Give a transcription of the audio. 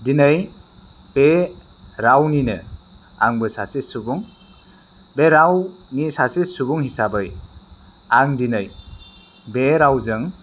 दिनै बे रावनिनो आंबो सासे सुबुं बे रावनि सासे सुबुं हिसाबै आं दिनै बे रावजों